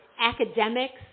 academics